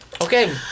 Okay